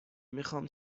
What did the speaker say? میخوام